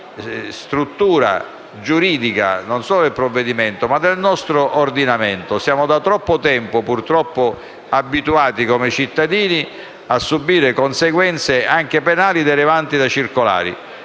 di struttura giuridica, non solo del provvedimento ma del nostro ordinamento. Da troppo tempo, purtroppo, siamo abituati, come cittadini, a subire conseguenze anche penali derivanti da circolari: